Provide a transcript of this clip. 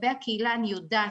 לגבי הקהילה אני יודעת,